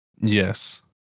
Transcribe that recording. yes